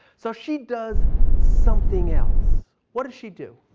so she does something else. what does she do?